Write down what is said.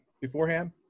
beforehand